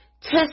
Test